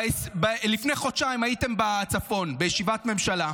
לפני חודשיים הייתם בצפון בישיבת ממשלה.